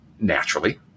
naturally